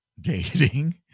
dating